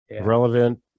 relevant